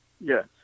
Yes